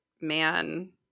man